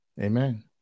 Amen